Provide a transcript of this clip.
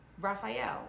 Raphael